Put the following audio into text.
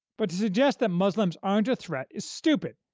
but to suggest that muslims aren't a threat is stupid,